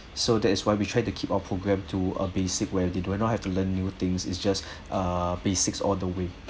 so that is why we tried to keep our program to a basic where they do not have to learn new things is just err basics all the way